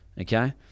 okay